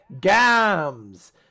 Gams